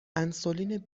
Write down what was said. انسولین